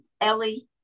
Ellie